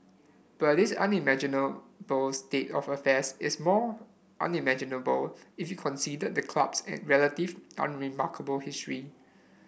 but this unimaginable state of affairs is more unimaginable if you considered the club's relative unremarkable history